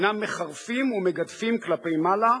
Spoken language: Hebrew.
הינם מחרפים ומגדפים כלפי מעלה,